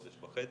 חודש וחצי.